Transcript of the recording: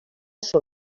són